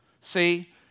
See